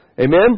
Amen